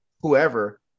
whoever